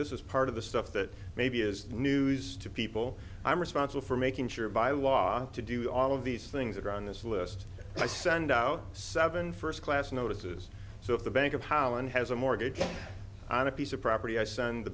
this is part of the stuff that maybe is news to people i'm responsible for making sure by law to do all of these things that are on this list i send out seven first class notices so if the bank of howland has a mortgage on a piece of property i send the